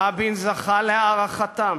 רבין זכה להערכתם